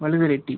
Valudhareddi